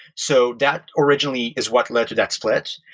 so that originally is what led to that split.